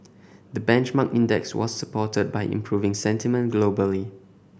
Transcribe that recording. the benchmark index was supported by improving sentiment globally